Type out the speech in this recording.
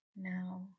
Now